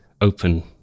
open